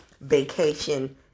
vacation